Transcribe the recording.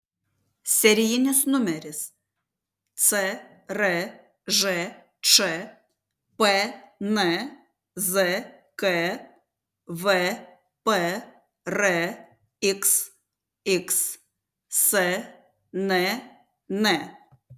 serijinis numeris cržč pnzk vprx xsnn